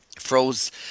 froze